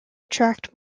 attract